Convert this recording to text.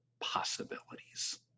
possibilities